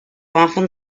often